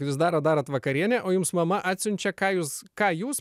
jūs darot darot vakarienę o jums mama atsiunčia ką jūs ką jūs